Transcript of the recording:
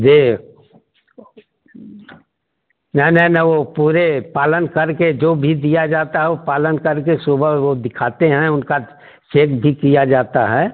जी नहीं नहीं नहीं वो पूरे पालन करके जो भी दिया जाता हो वो पालन करके सुबह वो दिखाते हैं उनका चेक भी किया जाता है